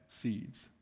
Seeds